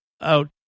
out